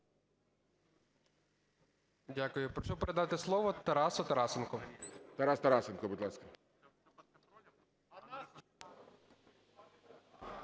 Дякую. Прошу передати слово Тарасу Тарасенку. ГОЛОВУЮЧИЙ. Тарас Тарасенко, будь ласка.